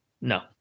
no